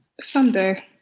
someday